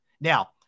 Now